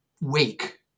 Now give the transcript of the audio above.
wake